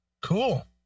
Cool